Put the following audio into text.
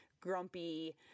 grumpy